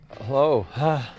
Hello